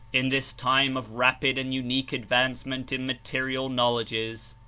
in this time of rapid and unique advancement in material knowledges,